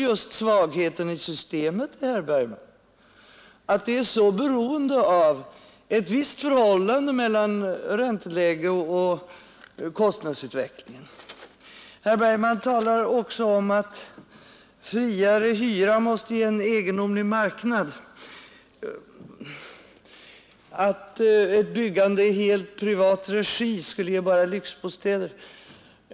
men svagheten i systemet är väl just att det är så beroende av ett visst förhållande mellan ränteläge och kostnadsutveckling. Herr Bergman talar också om att friare hyra måste ge en egendomlig marknad och säger att ett byggande i helt privat regi skulle ge bara lyxbostäder.